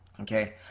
Okay